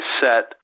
set